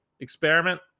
experiment